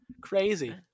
crazy